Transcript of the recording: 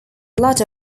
lot